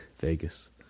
vegas